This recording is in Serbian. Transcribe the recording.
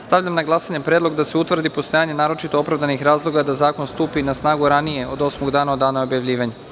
Stavljam na glasanje predlog da se utvrdi postojanje naročito opravdanih razloga da zakon stupi na snagu ranije od osmog dana od dana objavljivanja.